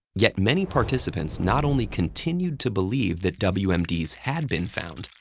yet many participants not only continued to believe that wmds had been found,